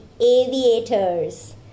aviators